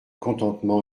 contentement